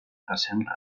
recent